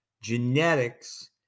genetics